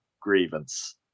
grievance